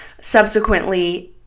subsequently